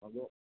হ'ব